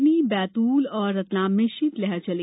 सिवनी बैतूल और रतलाम में शीतलहर चली